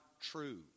true